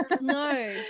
no